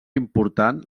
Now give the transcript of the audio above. important